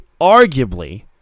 arguably